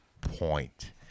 point